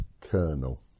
Colonel